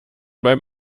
beim